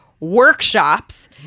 Workshops